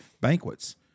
banquets